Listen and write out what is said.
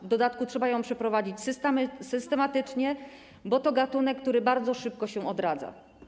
W dodatku trzeba ją przeprowadzać systematycznie, bo to gatunek, który bardzo szybko się odradza.